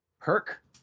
perk